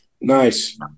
Nice